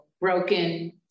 broken